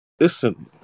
Listen